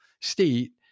state